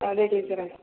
അതേ ടീച്ചറെ